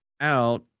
out